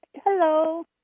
Hello